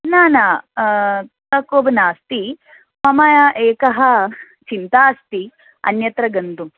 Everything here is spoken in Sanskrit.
न न यः कोपि नास्ति मम एका चिन्ता अस्ति अन्यत्र गन्तुम्